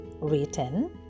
Written